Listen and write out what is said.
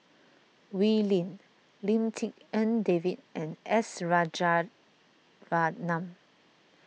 Wee Lin Lim Tik En David and S Rajaratnam